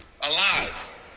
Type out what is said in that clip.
alive